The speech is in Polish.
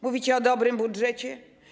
Mówicie o dobrym budżecie?